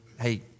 hey